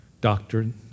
doctrine